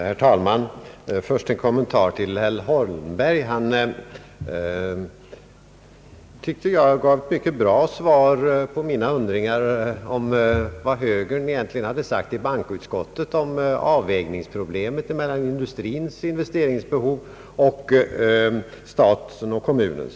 Herr talman! Först en kommentar till herr Holmberg. Han gav ett mycket bra svar på min kommentar till vad högern egentligen sagt i bankoutskottet om avvägningsproblemet mellan industrins investeringsbehov och statens och kommunernas.